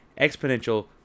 exponential